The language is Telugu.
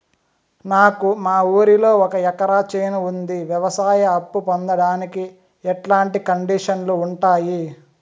నాకు మా ఊరిలో ఒక ఎకరా చేను ఉంది, వ్యవసాయ అప్ఫు పొందడానికి ఎట్లాంటి కండిషన్లు ఉంటాయి?